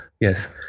Yes